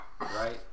Right